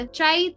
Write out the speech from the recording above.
try